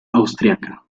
austriaca